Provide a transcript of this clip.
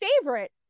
favorite